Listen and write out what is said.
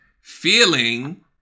feeling